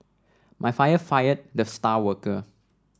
my father fired the star worker